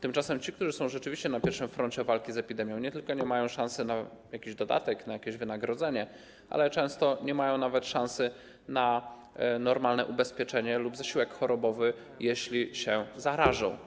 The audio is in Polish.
Tymczasem ci, którzy są rzeczywiście na pierwszej linii walki z epidemią, nie tylko nie mają szansy na jakiś dodatek, na jakieś wynagrodzenie, ale często nie mają nawet szansy na normalne ubezpieczenie lub zasiłek chorobowy, jeśli się zarażą.